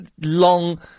long